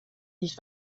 nicht